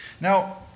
Now